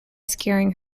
scaring